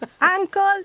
uncle